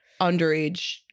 underage